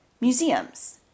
museums